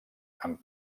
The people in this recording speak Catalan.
amb